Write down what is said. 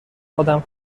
آدم